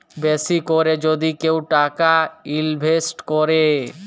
বেশি ক্যরে যদি কেউ টাকা ইলভেস্ট ক্যরে